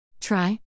try